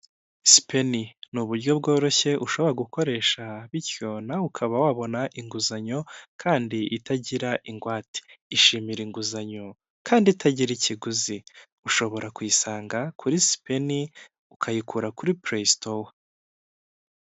Spen ni uburyo bworoshye ushobora gukoresha bityo nawe ukaba wabona inguzanyo, kandi itagira ingwate, ishimira inguzanyo kandi itagira ikiguzi, ushobora kuyisanga kuri Spen ukayikura kuri Playstore.